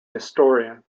historian